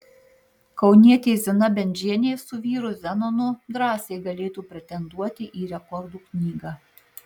kaunietė zina bendžienė su vyru zenonu drąsiai galėtų pretenduoti į rekordų knygą